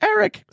Eric